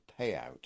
payout